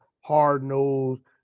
hard-nosed